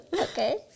Okay